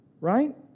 right